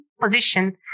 position